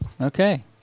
okay